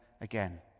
again